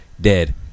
Dead